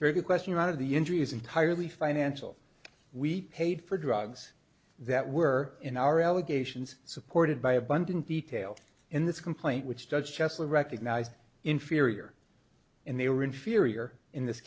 very good question a lot of the injury is entirely financial we paid for drugs that were in our allegations supported by abundant detail in this complaint which judge kessler recognized inferior and they were inferior in this